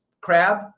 crab